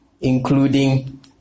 including